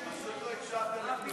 פשוט לא הקשבת לכלום.